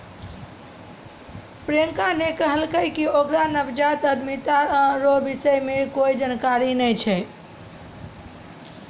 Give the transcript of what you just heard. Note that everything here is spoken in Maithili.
प्रियंका ने कहलकै कि ओकरा नवजात उद्यमिता रो विषय मे कोए जानकारी नै छै